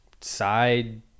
side